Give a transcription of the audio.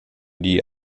die